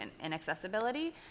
inaccessibility